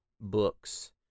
books